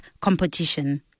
competition